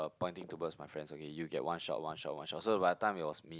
pointing towards my friends okay you get one shot one shot one shot so about times it was me